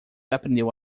aprendeu